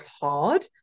hard